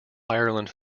ireland